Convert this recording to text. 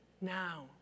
now